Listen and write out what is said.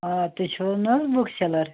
آ تُہۍ چھُو نا بُک سیٚلَر